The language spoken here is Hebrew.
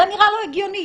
זה נראה לו הגיוני.